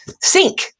sink